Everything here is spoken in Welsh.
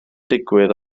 digwydd